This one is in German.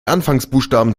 anfangsbuchstaben